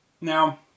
Now